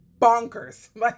bonkers